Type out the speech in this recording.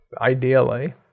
Ideally